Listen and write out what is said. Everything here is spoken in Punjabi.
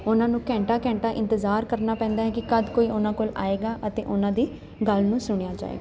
ਉਹਨਾਂ ਨੂੰ ਘੰਟਾ ਘੰਟਾ ਇੰਤਜ਼ਾਰ ਕਰਨਾ ਪੈਂਦਾ ਹੈ ਕਿ ਕਦ ਕੋਈ ਉਹਨਾਂ ਕੋਲ ਆਵੇਗਾ ਅਤੇ ਉਹਨਾਂ ਦੀ ਗੱਲ ਨੂੰ ਸੁਣਿਆ ਜਾਵੇਗਾ